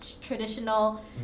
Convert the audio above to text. traditional